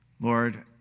Lord